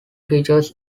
features